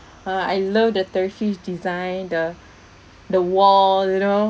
uh I love the turkish design the the wall you know